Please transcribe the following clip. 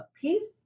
peace